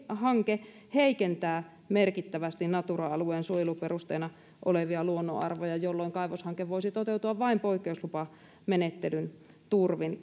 hanke heikentää merkittävästi natura alueen suojeluperusteena olevia luonnonarvoja jolloin kaivoshanke voisi toteutua vain poikkeuslupamenettelyn turvin